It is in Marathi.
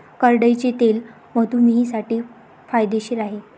करडईचे तेल मधुमेहींसाठी फायदेशीर आहे